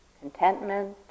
contentment